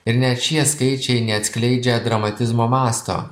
ir net šie skaičiai neatskleidžia dramatizmo masto